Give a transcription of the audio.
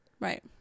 Right